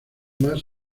más